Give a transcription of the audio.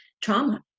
trauma